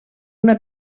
una